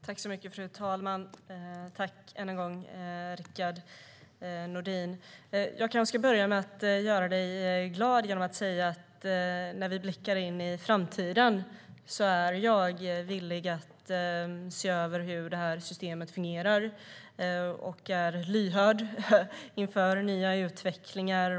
Fru talman! Tack än en gång, Rickard Nordin! Jag ska börja med att göra dig glad. När vi blickar in i framtiden ska jag säga att jag är villig att se över hur det här systemet fungerar och är lyhörd inför nya utvecklingar.